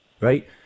right